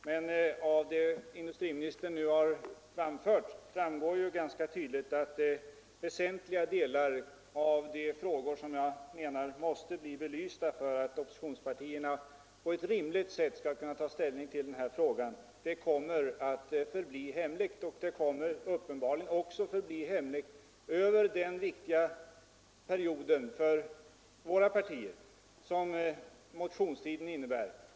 Men av vad industriministern nu har sagt framgår ganska tydligt att väsentliga delar av de frågor som jag menar måste bli belysta för att oppositionspartierna på ett rimligt sätt skall kunna ta ställning kommer att förbli hemliga, uppenbarligen också över den viktiga period för våra partier som motionstiden innebär.